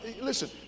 Listen